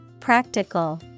Practical